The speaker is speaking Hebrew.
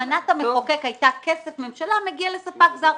כוונת המחוקק הייתה כסף, ממשלה, מגיע לספק זר.